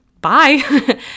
Bye